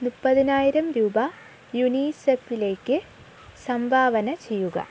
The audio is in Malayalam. മുപ്പതിനായിരം രൂപ യുനിസെഫിലേക്ക് സംഭാവന ചെയ്യുക